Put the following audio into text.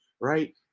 right